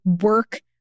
work